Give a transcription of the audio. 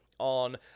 on